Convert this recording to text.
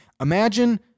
Imagine